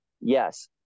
Yes